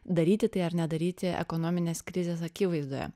daryti tai ar nedaryti ekonominės krizės akivaizdoje